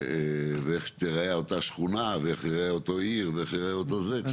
ואיך תיראה אותה שכונה ,ואיך תראה אותו עיר כשאתה